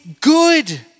good